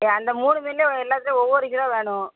அந்த மூணு மீன்லேயும் எல்லாத்துலேயும் ஒவ்வொரு கிலோ வேணும்